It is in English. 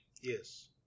Yes